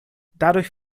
dadurch